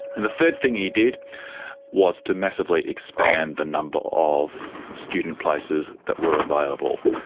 and the third thing he did was to massively expand the number of student places that were available,